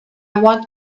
want